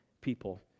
people